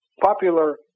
popular